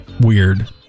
weird